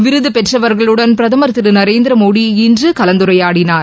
விருதுபெற்றவர்களுடன் பிரதமர் திரு நரேந்திர மோடி இன்று கலந்துரையாடினார்